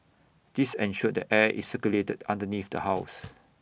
this ensured that air is circulated underneath the house